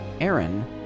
Aaron